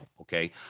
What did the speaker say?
okay